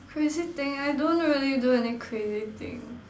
crazy thing I don't really do any crazy thing